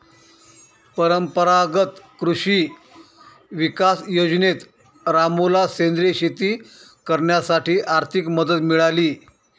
परंपरागत कृषी विकास योजनेत रामूला सेंद्रिय शेती करण्यासाठी आर्थिक मदत मिळाली